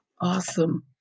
Awesome